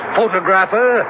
Photographer